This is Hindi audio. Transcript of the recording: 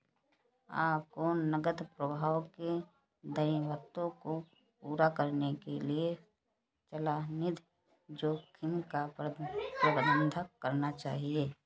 आपको नकदी प्रवाह के दायित्वों को पूरा करने के लिए चलनिधि जोखिम का प्रबंधन करना चाहिए